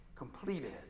Completed